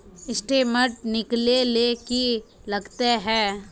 Statement निकले ले की लगते है?